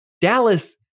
Dallas